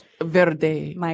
Verde